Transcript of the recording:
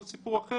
זה סיפור אחר,